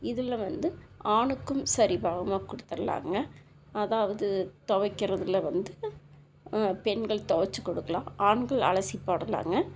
இதில் வந்து ஆணுக்கும் சரிப் பாகமாக கொடுத்துர்லாங்க அதாவது துவைக்குறதுல வந்து பெண்கள் துவச்சு கொடுக்கலாம் ஆண்கள் அலசி போடலாங்க